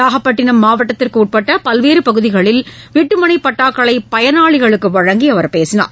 நாகப்பட்டினம் மாவட்டத்திற்கு உட்பட்ட பல்வேறு பகுதிகளில் வீட்டு மனைப் பட்டாக்களை பயனாளிகளுக்கு வழங்கி அவர் பேசினார்